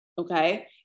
Okay